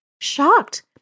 shocked